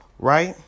Right